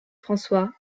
françois